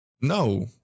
No